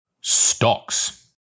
Stocks